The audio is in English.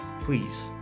Please